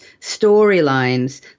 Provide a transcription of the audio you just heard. storylines